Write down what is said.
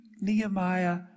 Nehemiah